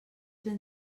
ben